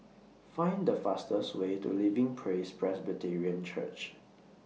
Find The fastest Way to Living Praise Presbyterian Church